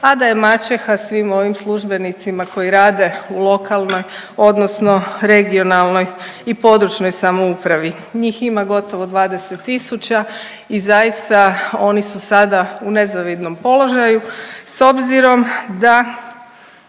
a da je maćeha svim ovim službenicima koji rade u lokalnoj odnosno regionalnoj i područnoj samoupravi. Njih ima gotovo 20 tisuća i zaista oni su sada u nezavidnom položaju s obzirom da